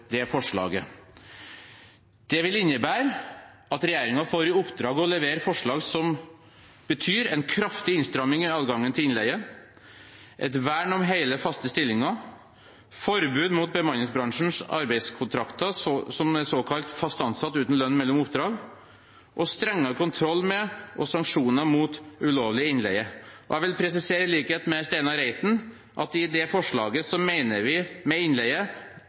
det forslaget. Det vil innebære at regjeringen får i oppdrag å levere forslag som betyr en kraftig innstramming i adgangen til innleie, et vern om hele faste stillinger, forbud mot bemanningsbransjens arbeidskontrakter, som er såkalt fast ansatt uten lønn mellom oppdrag, og strengere kontroll med og sanksjoner mot ulovlig innleie. Jeg vil presisere, i likhet med Steinar Reiten, at i det forslaget mener vi med «innleie» både innleie